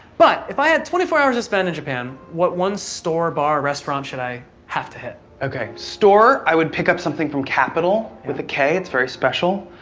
but if i had twenty four hours to spend in japan, what one store, bar, or restaurant should i have to hit? okay, store, i would pick up something from kapital with a k it's very special.